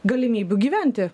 galimybių gyventi